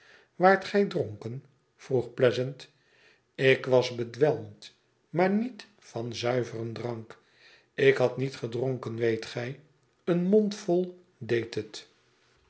waart gij dronken vroeg pleasant lik was bedwelmd maar niet van zuiveren drank ik had niet gedronken weet gij een mondvol deed het